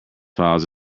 files